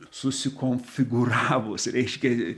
susikonfigūravus reiškia